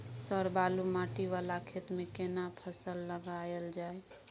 Sir बालू माटी वाला खेत में केना फसल लगायल जाय?